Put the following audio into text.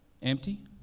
empty